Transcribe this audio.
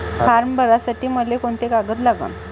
Form भरासाठी मले कोंते कागद लागन?